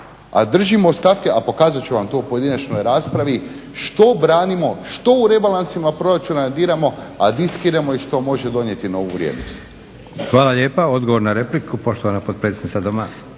a držimo ostatke, a pokazat ću vam to u pojedinačnoj raspravi, što branimo, što u rebalansima proračuna diramo, a … i što može donijeti novu vrijednost. **Leko, Josip (SDP)** Hvala lijepa. Odgovor na repliku, poštovana potpredsjednica Doma,